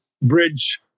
bridge